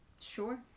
Sure